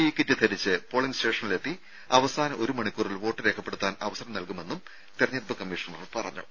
E kit ധരിച്ച് polling സ്റ്റേഷനിലെത്തി അവസാന ഒരു മണിക്കൂറിൽ വോട്ട് രേഖപ്പെടുത്താനും അവസരം നൽകുമെന്ന് തെരഞ്ഞെടുപ്പ് കമ്മീഷണർ പറഞ്ഞു